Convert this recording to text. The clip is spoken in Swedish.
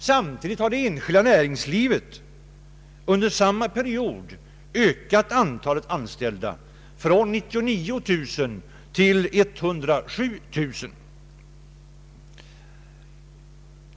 Samtidigt har det enskilda näringslivet under samma period ökat antalet anställda från 99 000 till 107 000.